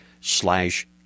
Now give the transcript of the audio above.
slash